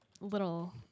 little